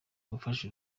gufasha